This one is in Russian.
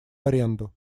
аренду